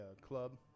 club